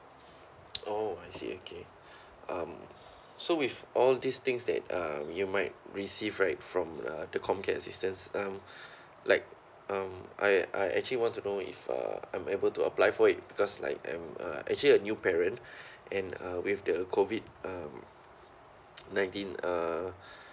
oh I see okay um so with all these things that uh you might receive right from uh the com care assistance um like um I I actually want to know if uh I'm able to apply for it because like I'm a actually a new parent and uh with the COVID um nineteen uh